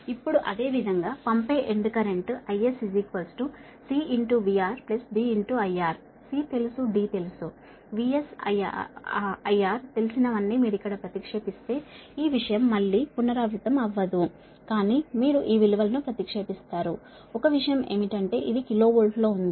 ఇప్పుడు అదేవిధంగా పంపే end current IS CVR D IR C తెలుసు D తెలుసు VS IR తెలిసినవన్నీ మీరు ఇక్కడ ప్రతిక్షేపిస్తే ఈ విషయం మళ్ళీ పునరావృతం అవ్వదు కానీ మీరు ఈ విలువలను ప్రతిక్షేపిస్తారు ఒక విషయం ఏమిటంటే ఇది KV లో ఉంది